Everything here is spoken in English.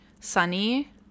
Sunny